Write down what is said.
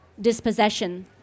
dispossession